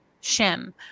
Shem